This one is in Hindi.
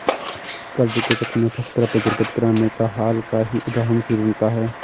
कर्ज के चक्र में फंसकर अपनी दुर्गति कराने का हाल का ही उदाहरण श्रीलंका है